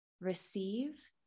receive